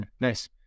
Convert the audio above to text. Nice